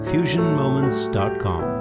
FusionMoments.com